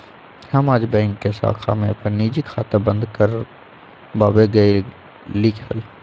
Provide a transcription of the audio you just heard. हम आज बैंक के शाखा में अपन निजी खाता बंद कर वावे गय लीक हल